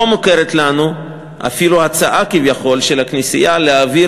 לא מוכרת לנו אפילו הצעה כביכול של הכנסייה להעביר